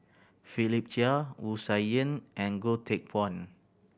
Philip Chia Wu Tsai Yen and Goh Teck Phuan